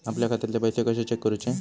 आपल्या खात्यातले पैसे कशे चेक करुचे?